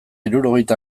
hirurogeita